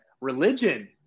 Religion